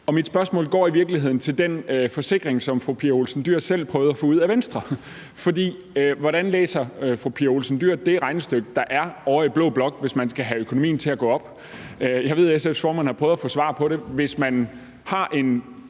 Mit spørgsmål går i virkeligheden på den forsikring, som fru Pia Olsen Dyhr selv har prøvet at få ud af Venstre, for hvordan læser fru Pia Olsen Dyhr det regnestykke, der er ovre i blå blok, hvis man skal have økonomien til at gå op? Jeg ved, at SF's formand har prøvet at få svar på det. Hvis man har